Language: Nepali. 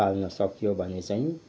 पाल्नसक्यो भने चाहिँ